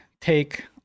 take